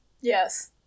Yes